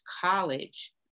college